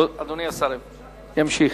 אדוני השר ימשיך.